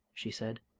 she said.